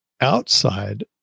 outside